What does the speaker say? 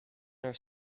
are